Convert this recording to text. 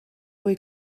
fwy